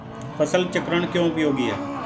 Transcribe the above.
फसल चक्रण क्यों उपयोगी है?